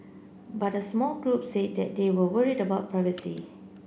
but a small group said that they were worried about privacy